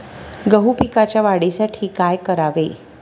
गहू पिकाच्या वाढीसाठी काय करावे?